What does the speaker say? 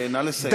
נא לסיים.